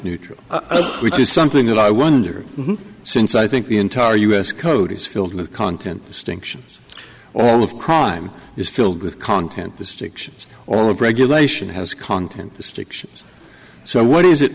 neutral which is something that i wonder since i think the entire us code is filled with content distinctions all of crime is filled with content distinctions all of regulation has content distinctions so what is it